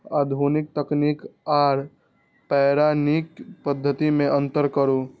आधुनिक तकनीक आर पौराणिक पद्धति में अंतर करू?